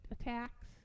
attacks